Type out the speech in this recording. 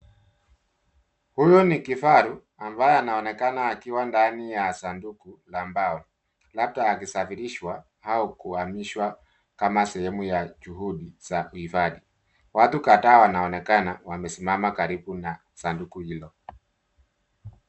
Huyu ni kifaru, ambaye anaonekana akiwa ndani ya sanduku la mbao, labda akisafirishwa au kuhamishwa kama sehemu ya juhudi za uhifathi. Watu kadhaa wanaonekana wamesimama karibu na sanduku hilo.